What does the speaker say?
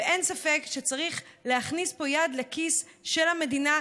ואין ספק שצריך להכניס פה יד לכיס של המדינה,